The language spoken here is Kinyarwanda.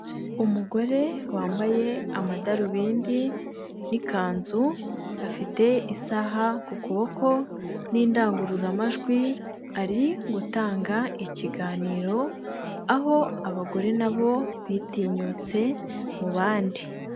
Umugore wambaye amadarubindi n'ikanzu afite isaha ku kuboko n'indangururamajwi ari gutanga ikiganiro, aho abagore nabo bitinyutse mu bandi.